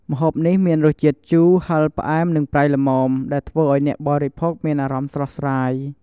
ម្ហូបនេះមានរសជាតិជូរ ហឹរ ផ្អែម និងប្រៃល្មម ដែលធ្វើឱ្យអ្នកបរិភោគមានអារម្មណ៍ស្រស់ស្រាយ។